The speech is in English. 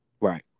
Right